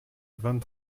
vingt